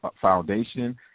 foundation